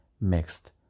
mixed